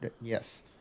Yes